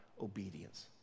obedience